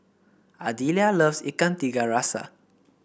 Ardelia loves Ikan Tiga Rasa